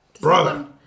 Brother